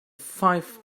five